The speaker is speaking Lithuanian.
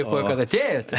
dėkoju kad atėjot